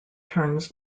turns